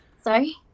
Sorry